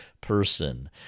person